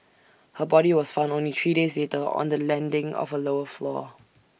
her body was found only three days later on the landing of A lower floor